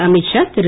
Amit Shah Thiru